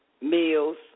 meals